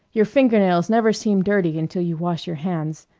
your finger-nails never seem dirty until you wash your hands.